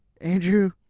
Andrew